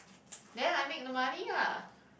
then I make the money lah